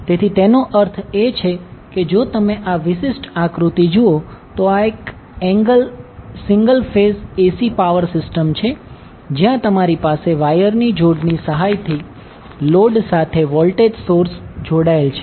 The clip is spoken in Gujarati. તેથી તેનો અર્થ એ છે કે જો તમે આ વિશિષ્ટ આકૃતિ જુઓ તો આ એક single phase AC power system છે જ્યાં તમારી પાસે વાયરની જોડની સહાયથી લોડ સાથે વોલ્ટેજ સોર્સ જોડાયેલ છે